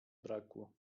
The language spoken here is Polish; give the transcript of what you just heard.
brakło